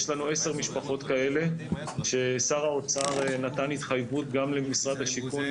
יש לנו עשר משפחות כאלה ששר האוצר נתן התחייבות גם למשרד השיכון,